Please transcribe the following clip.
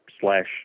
slash